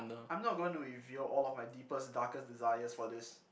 I'm not going to reveal all of my deepest darkest desires for this